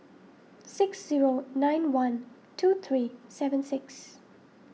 six zero nine one two three seven six